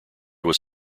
was